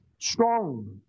Strong